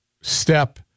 step